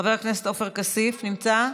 חבר הכנסת עופר כסיף, נמצא?